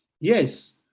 Yes